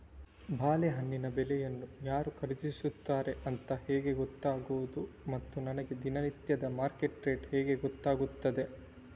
ಬಾಳೆಹಣ್ಣಿನ ಬೆಳೆಯನ್ನು ಯಾರು ಖರೀದಿಸುತ್ತಾರೆ ಅಂತ ಹೇಗೆ ಗೊತ್ತಾಗುವುದು ಮತ್ತು ನನಗೆ ದಿನನಿತ್ಯದ ಮಾರ್ಕೆಟ್ ರೇಟ್ ಹೇಗೆ ಗೊತ್ತಾಗುತ್ತದೆ?